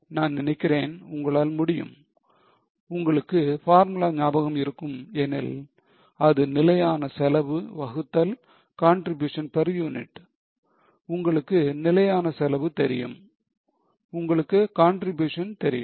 நான் நினைக்கிறேன் உங்களால் முடியும் உங்களுக்கு பார்முலா ஞாபகம் இருக்கும் எனில் அது நிலையான செலவு வகுத்தல் contribution per unit உங்களுக்கு நிலையான செலவு தெரியும் உங்களுக்கு contribution தெரியும்